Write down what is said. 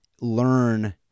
Learn